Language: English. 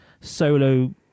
solo